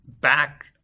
back